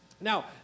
Now